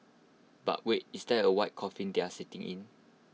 but wait is that A white coffin they are sitting in